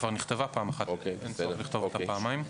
כבר נכתבה פעם אחת, אין צורך לכתוב פעמיים.